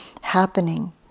happening